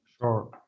Sure